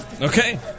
Okay